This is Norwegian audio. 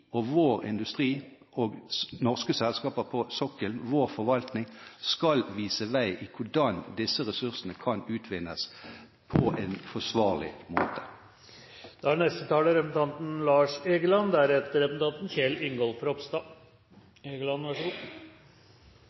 framtiden. Vår industri og norske selskaper på sokkelen, samt vår forvaltning, skal vise vei når det gjelder hvordan disse ressursene kan utvinnes på en forsvarlig måte. Jeg tegnet meg for å komme med noen kommentarer til representanten Ropstad